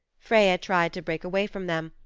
freya tried to break away from them,